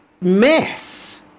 mess